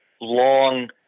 long